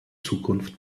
zukunft